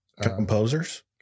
composers